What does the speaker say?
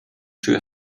tür